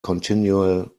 continual